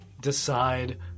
decide